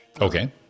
Okay